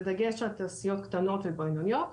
בדגש על תעשיות קטנות ובינוניות,